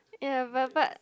ya but but